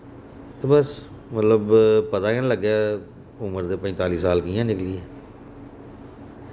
ते बस मतलब पता गै निं लग्गेआ उम्र दे पञताली साल कि'यां निकली गे